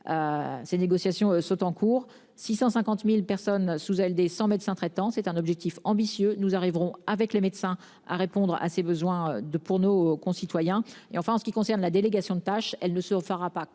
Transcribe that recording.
Ces négociations sont en cours. 650.000 personnes sous elle des médecin traitant c'est un objectif ambitieux, nous arriverons avec les médecins à répondre à ses besoins de pour nos concitoyens et enfin en ce qui concerne la délégation de tâches, elle ne se fera pas